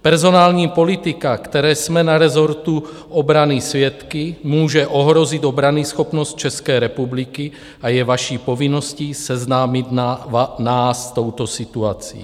Personální politika, které jsme na rezortu obrany svědky, může ohrozit obranyschopnost České republiky a je vaší povinností seznámit nás s touto situací.